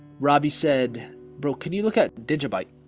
robby said bro, can you look at digit bite?